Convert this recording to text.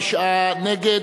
תשעה נגד,